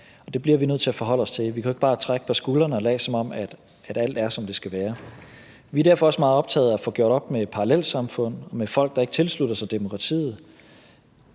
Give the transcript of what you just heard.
Det bliver vi nødt til at forholde os til. Vi kan jo ikke bare trække på skuldrene og lade, som om alt er, som det skal være. Vi er derfor også meget optaget af at få gjort op med parallelsamfund, med folk, der ikke tilslutter sig demokratiet.